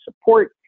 support